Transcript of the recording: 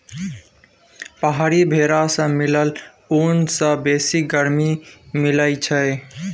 पहाड़ी भेरा सँ मिलल ऊन सँ बेसी गरमी मिलई छै